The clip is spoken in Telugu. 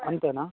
అంతేనా